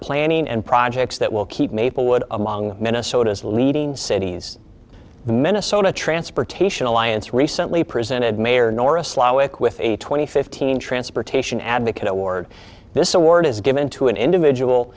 planning and projects that will keep maplewood among minnesota's leading cities the minnesota transportation alliance recently presented mayor norris lawak with a twenty fifteen transportation advocate award this award is given to an individual